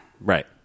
Right